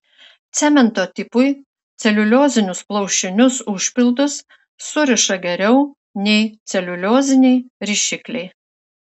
cemento tipui celiuliozinius plaušinius užpildus suriša geriau nei celiulioziniai rišikliai